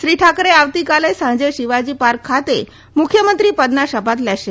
શ્રી ઠાકરે આવતીકાલે સાંજે શિવાજી પાર્ક ખાતે મુખ્યમંત્રી પદના શપથ લેશે